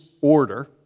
order